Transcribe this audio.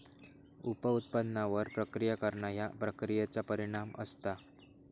उप उत्पादनांवर प्रक्रिया करणा ह्या प्रक्रियेचा परिणाम असता